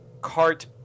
cart